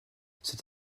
cette